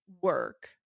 work